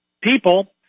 people